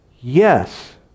Yes